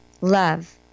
love